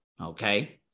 okay